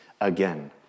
again